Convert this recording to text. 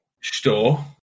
Store